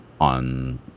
on